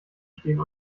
stehen